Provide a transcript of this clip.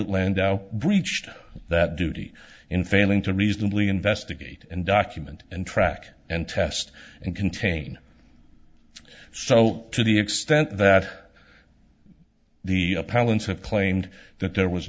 land breached that duty in failing to reasonably investigate and document and track and test and contain so to the extent that the palin's have claimed that there was